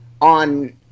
on